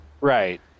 Right